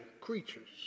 creatures